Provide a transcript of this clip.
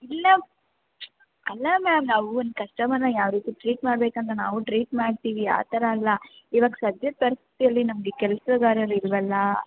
ಇಲ್ಲ ಅಲ್ಲ ಮ್ಯಾಮ್ ನಾವು ಒಂದು ಕಸ್ಟಮರನ್ನ ಯಾವ ರೀತಿ ಟ್ರೀಟ್ ಮಾಡಬೇಕು ಅಂತ ನಾವು ಟ್ರೀಟ್ ಮಾಡ್ತೀವಿ ಆ ಥರ ಅಲ್ಲ ಇವಾಗ ಸದ್ಯದ ಪರಿಸ್ಥಿತಿಯಲ್ಲಿ ನಮ್ಗೆ ಕೆಲ್ಸಗಾರರು ಇಲ್ಲವಲ್ಲ